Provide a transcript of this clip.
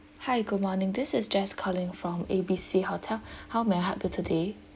hi good morning this is jess calling from A B C hotel how may I help you today